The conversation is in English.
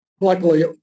luckily